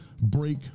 break